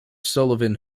sullivan